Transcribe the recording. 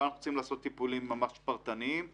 פה אנחנו רוצים לעשות טיפולים פרטניים ממש,